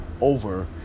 over